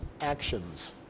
actions